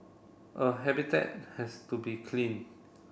a habitat has to be clean